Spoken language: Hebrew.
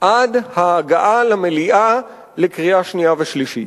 עד ההגעה למליאה לקריאה שנייה וקריאה שלישית.